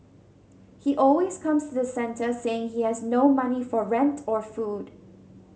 he always comes to the centre saying he has no money for rent or food